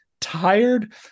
tired